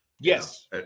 Yes